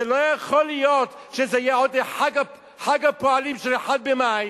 לא יכול להיות שזה יהיה עוד חג הפועלים של 1 במאי,